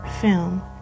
Film